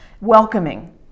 welcoming